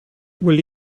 will